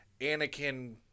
Anakin